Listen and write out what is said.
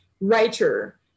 writer